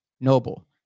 noble